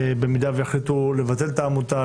במידה ויחליטו לבטל את העמותה,